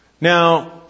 Now